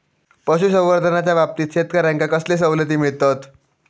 पशुसंवर्धनाच्याबाबतीत शेतकऱ्यांका कसले सवलती मिळतत?